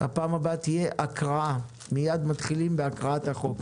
הפעם הבאה נתחיל בהקראת החוק.